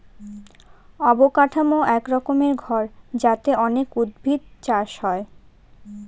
অবকাঠামো এক রকমের ঘর যাতে অনেক উদ্ভিদ চাষ হয়